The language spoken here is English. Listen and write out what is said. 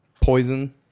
Poison